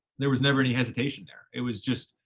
there was never any hesitation there. it was just,